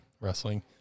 Wrestling